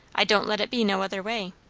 i don't let it be no other way.